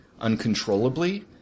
uncontrollably